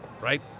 right